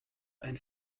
ein